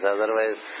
Otherwise